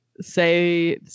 Say